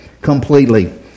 completely